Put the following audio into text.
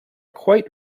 quite